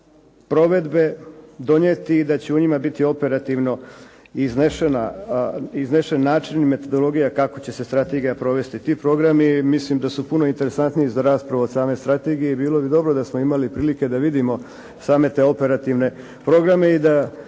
provedbe donijeti i da će u njima biti operativno iznesen način i metodologija kako će se Strategija provesti, ti programi mislim da su puno interesantniji za raspravu od same strategije, bilo bi dobro da smo imali prilike da vidimo same te operativne programe i da